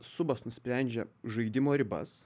subas nusprendžia žaidimo ribas